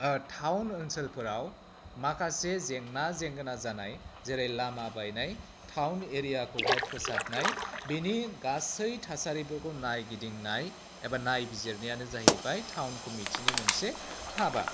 town ओनसोलफोराव माखासे जेंना जेंगोना जानाय जेरै लामा बायनाय टाउन एरियाखौहाय फोसाबनाय बेनि गासै थासारिफोरखौ नायगिदिंनाय एबा नायबिजिरनायानो जहैबाय टाउन कमिटिनि मोनसे हाबा